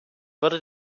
würde